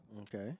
Okay